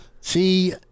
See